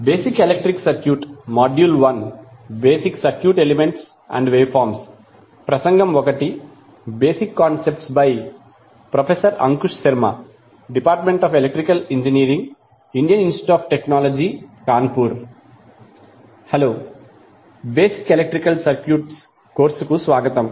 basic electric circuit module 01 basic circuit elements and wave forms ప్రసంగం 01 basic concepts by professor Ankush Sharma department of electrical engineering Indian Institute of Technology Kanpur hello basic electrical circuits కోర్సుకు స్వాగతం